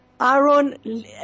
Aaron